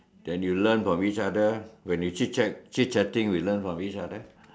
then you learn from each other when you chit chat you chit chatting we learn from each other